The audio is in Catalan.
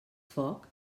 foc